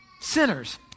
sinners